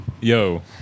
Yo